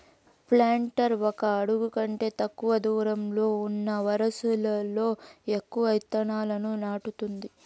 planter ఒక అడుగు కంటే తక్కువ దూరంలో ఉన్న వరుసలలో ఎక్కువ ఇత్తనాలను నాటుతుంది